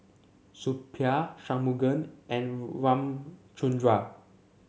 Suppiah Shunmugam and Ramchundra